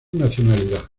nacionalidad